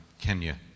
Kenya